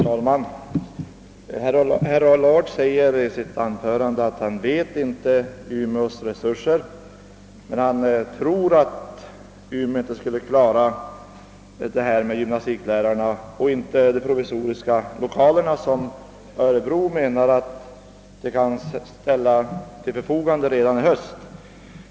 Herr talman! Herr Allard säger i sitt anförande att han inte vet vilka resurser man har i Umeå men att han inte tror att Umeå skulle kunna klara här ifrågavarande utbildning av gymnastiklärare och att Umeå inte heller har sådana lokaler, som Örebro anser sig redan till hösten kunna ställa till förfogande för ett provisorium.